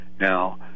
now